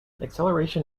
acceleration